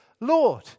Lord